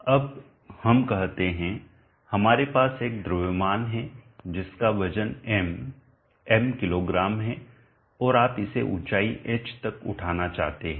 अब हम कहते हैं हमारे पास एक द्रव्यमान है जिसका वजन M M किलोग्राम है और आप इसे ऊँचाई H तक उठाना चाहते हैं